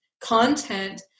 content